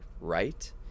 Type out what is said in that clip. right